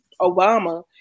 Obama